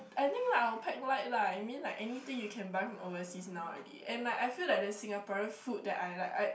I think like I will pack light lah I mean like anything you can buy from overseas now already and I like feel that the Singaporean food that I like I